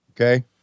Okay